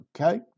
okay